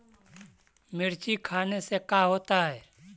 मिर्ची खाने से का होता है?